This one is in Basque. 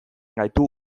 gaitu